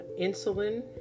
insulin